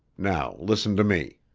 now listen to me.